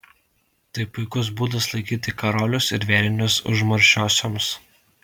tai puikus būdas laikyti karolius ir vėrinius užmaršiosioms